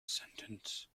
sentence